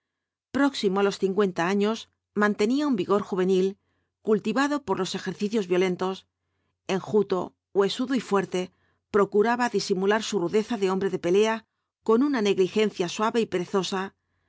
próximo á los cincuenta años mantenía un vigor juvenil cultivado por los ejercicios violentos enjuto huesudo y fuerte procuraba disimular su rudeza de hombre de pelea con una negligencia suave y perezosa